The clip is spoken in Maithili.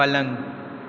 पलङ्ग